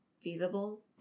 feasible